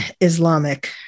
Islamic